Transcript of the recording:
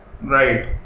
Right